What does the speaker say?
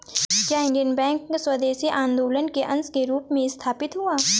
क्या Indian Bank स्वदेशी आंदोलन के अंश के रूप में स्थापित हुआ?